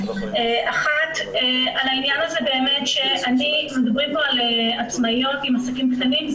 מדברים פה על עצמאיות עם עסקים קטנים.